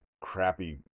crappy